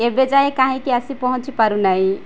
ଏବେ ଯାଏ କାହିଁକି ଆସି ପହଞ୍ଚି ପାରୁନାହିଁ